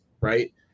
Right